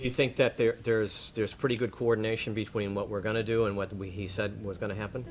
you think that there's there's pretty good coordination between what we're going to do and what we he said was going to happen